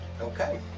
Okay